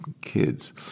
kids